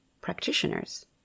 practitioners